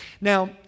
Now